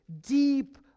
Deep